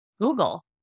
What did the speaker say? Google